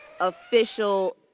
official